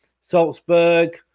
salzburg